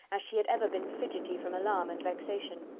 as she had ever been fidgety from alarm and vexation.